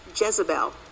Jezebel